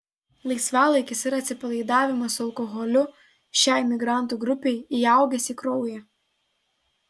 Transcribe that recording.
laisvalaikis ir atsipalaidavimas su alkoholiu šiai migrantų grupei įaugęs į kraują